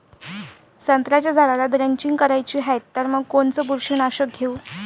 संत्र्याच्या झाडाला द्रेंचींग करायची हाये तर मग कोनच बुरशीनाशक घेऊ?